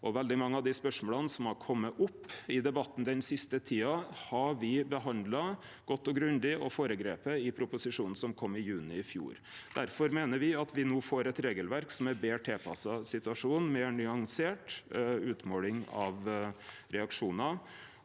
Veldig mange av spørsmåla som har kome opp i debatten den siste tida, har me be handla godt og grundig og føregripe i proposisjonen som kom i juni i fjor. Difor meiner me at me no får eit regelverk som er betre tilpassa situasjonen, meir nyansert utmåling av reaksjonar